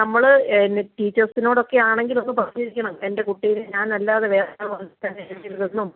നമ്മൾ ഏന ടീച്ചേഴ്സിനോടൊക്കെയാണെങ്കിൽ ഒന്ന് പറഞ്ഞിരിക്കണം എൻ്റെ കുട്ടീനെ ഞാനല്ലാതെ വേറൊരാൾ വന്നാൽ പറഞ്ഞയയ്ക്കരുതെന്നും